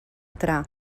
tra